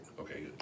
Okay